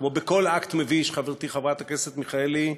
כמו בכל אקט מביש, חברתי חברת הכנסת מיכאלי,